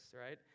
right